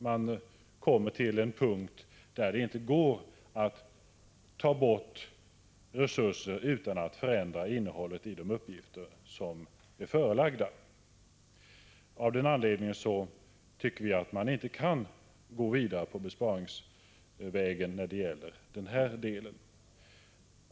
Man kommer till en punkt där det inte går att ta bort resurser utan att förändra innehållet i de uppgifter som är förelagda. Av den anledningen tycker vi att man inte kan gå vidare på besparingsvägen när det gäller det här området.